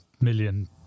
million